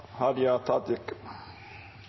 Hadia Tajik